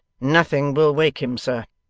nothing will wake him, sir.